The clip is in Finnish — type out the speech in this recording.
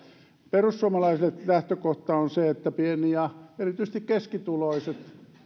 perussuomalaisille lähtökohta on se että pieni ja erityisesti keskituloiset